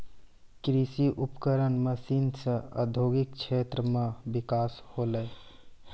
कृषि उपकरण मसीन सें औद्योगिक क्षेत्र म बिकास होलय